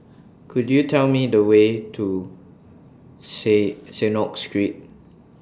Could YOU Tell Me The Way to See Synagogue Street